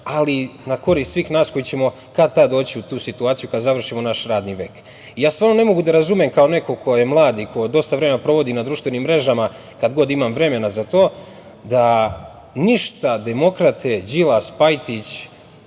ali i na korist svih nas koji ćemo kad, tad doći u tu situaciju kada završimo naš radni vek. Ja stvarno ne mogu da razumem kao neko ko je mlad i ko dosta vremena provodi na društvenim mrežama, kad god imam vremena za to, da ništa demokrate Đilas, Pajtić,